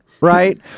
Right